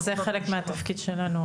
זה חלק מהתפקיד שלנו,